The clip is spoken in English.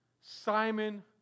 Simon